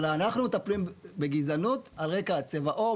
אבל אנחנו מטפלים בגזענות על רקע צבע עור,